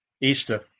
Easter